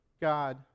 God